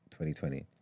2020